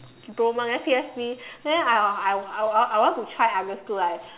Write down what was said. don't want eh P_S_B then I I I I want to try other school right